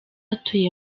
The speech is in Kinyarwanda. atuye